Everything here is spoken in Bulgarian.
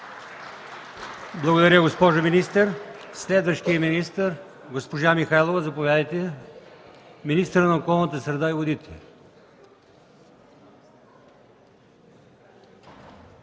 Благодаря, госпожо министър. Следващият министър – госпожа Михайлова, заповядайте. Думата има министърът на околната среда и водите.